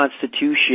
Constitution